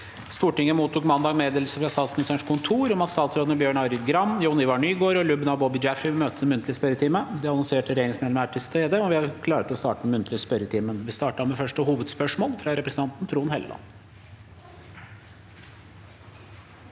Stortinget mottok mandag meddelelse fra Statsministerens kontor om at statsrådene Bjørn Arild Gram, Jon-Ivar Nygård og Lubna Boby Jaffery vil møte til muntlig spørretime. De annonserte regjeringsmedlemmene er til stede, og vi er klare til å starte den muntlige spørretimen. Vi starter med første hovedspørsmål, fra representanten Trond Helleland.